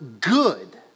good